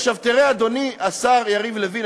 אדוני השר יריב לוין,